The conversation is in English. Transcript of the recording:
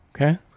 Okay